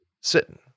sitting